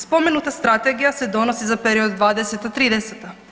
Spomenuta Strategija se donosi za period 20.-30.